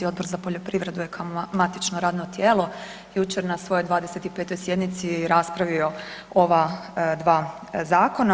Odbor za poljoprivredu je kao matično radno tijelo jučer na svojoj 25. sjednici raspravio ova dva zakona.